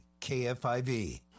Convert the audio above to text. KFIV